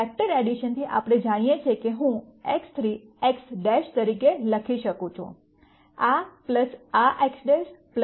vector એડિશનથી આપણે જાણીએ છીએ કે હું X3 X' તરીકે લખી શકું છું આ આ X Y